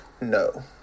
no